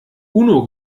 uno